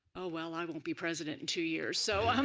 oh well i won't be president in two years so um